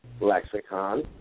lexicon